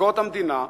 ביקורת המדינה.